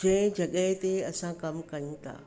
जंहिं जॻहि ते असां कमु कयूं था